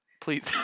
please